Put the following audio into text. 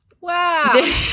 Wow